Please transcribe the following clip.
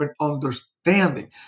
understanding